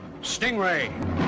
Stingray